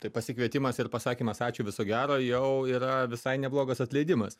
tai pasikvietimas ir pasakymas ačiū viso gero jau yra visai neblogas atleidimas